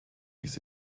dies